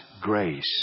grace